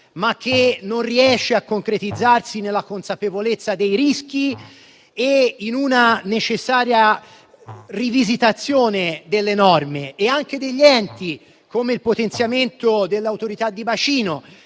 ma che non riesce a concretizzarsi nella consapevolezza dei rischi e in una necessaria rivisitazione delle norme e anche degli enti, come il potenziamento dell'autorità di bacino.